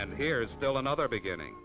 and here is still another beginning